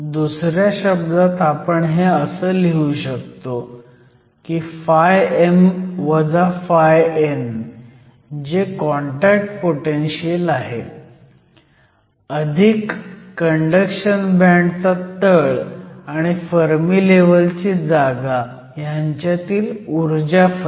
दुसऱ्या शब्दात आपण हे असं लिहू शकतो की φm - φn जे कॉन्टॅक्ट पोटेनशीयल आहे अधिक कंडक्शन बँडचा तळ आणि फर्मी लेव्हलची जागा ह्यांच्यातील ऊर्जा फरक